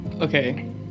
okay